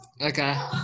Okay